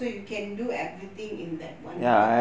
so you can do everything in that one pot